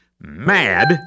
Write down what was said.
Mad